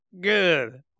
good